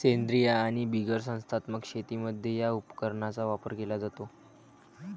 सेंद्रीय आणि बिगर संस्थात्मक शेतीमध्ये या उपकरणाचा वापर केला जातो